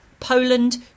Poland